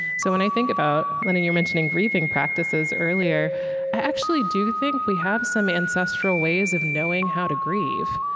so when i think about lennon, you were mentioning grieving practices earlier i actually do think we have some ancestral ways of knowing how to grieve.